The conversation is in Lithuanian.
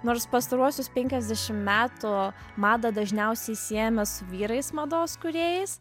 nors pastaruosius penkiasdešim metų madą dažniausiai siejame su vyrais mados kūrėjais